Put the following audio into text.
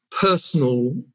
personal